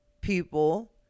people